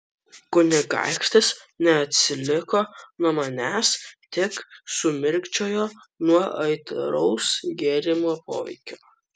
kunigaikštis neatsiliko nuo manęs tik sumirkčiojo nuo aitraus gėrimo poveikio